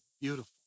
Beautiful